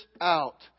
out